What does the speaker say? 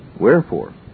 Wherefore